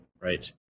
Right